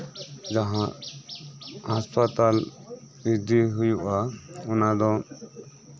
ᱡᱟᱦᱟᱸ ᱦᱟᱸᱥᱯᱟᱛᱟᱞ ᱤᱫᱤ ᱦᱳᱭᱳᱜᱼᱟ ᱚᱱᱟ ᱫᱚ